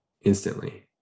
instantly